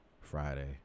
Friday